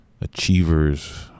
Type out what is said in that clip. achievers